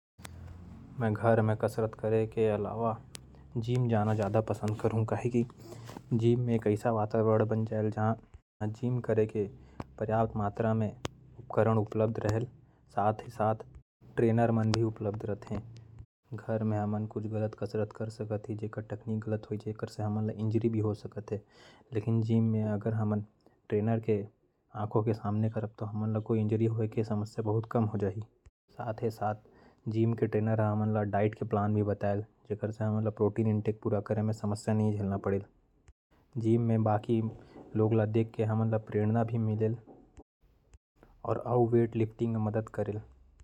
मैं घर में कसरत करे से बढ़िया जिम जाना पसंद करहूं । घर में हमन गलत कसरत कर सकत ही लेकिन जिम में ट्रेनर रहेल। जो समय समय में हमन ल देखत रही। और ट्रेनर हर डाइट के प्लान भी बताये।